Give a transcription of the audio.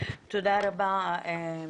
תודה רבה, מיקי.